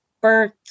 birth